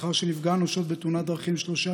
לאחר שנפגע אנושות בתאונת דרכים שלושה